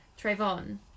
Trayvon